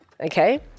Okay